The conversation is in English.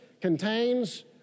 contains